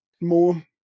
more